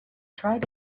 tried